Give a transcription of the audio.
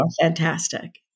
fantastic